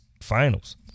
finals